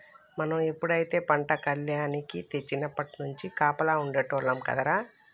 మనం ఎప్పుడైతే పంట కల్లేనికి తెచ్చినప్పట్నుంచి కాపలా ఉండేటోల్లం కదరా